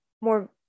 more